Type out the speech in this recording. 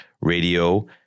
radio